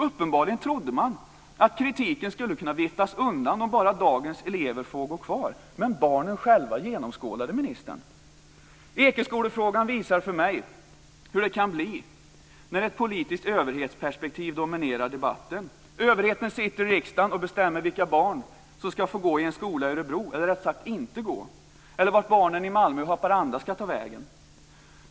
Uppenbarligen trodde man att kritiken skulle kunna petas undan bara dagens elever får gå kvar. Men barnen själva genomskådade ministern. Ekeskolefrågan visar för mig hur det kan bli när ett politiskt överhetsperspektiv dominerar debatten. Överheten sitter i riksdagen och bestämmer vilka barn som ska få gå i en skola i Örebro, eller rättare sagt inte gå, eller vart barnen i Malmö eller Haparanda ska ta vägen.